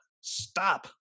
stop